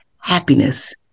happiness